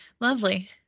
lovely